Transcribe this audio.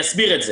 ואסביר את זה.